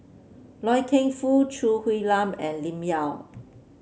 Loy Keng Foo Choo Hwee Lam and Lim Yau